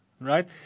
Right